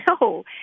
No